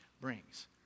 brings